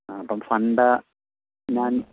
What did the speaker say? ആ അപ്പോൾ ഫണ്ട് ഞാൻ